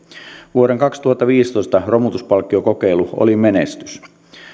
vuoden kaksituhattaviisitoista romutuspalkkiokokeilu oli menestys